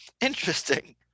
Interesting